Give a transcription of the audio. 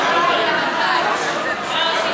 ההצעה להעביר לוועדה את הצעת חוק מס ערך מוסף (תיקון,